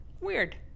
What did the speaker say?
weird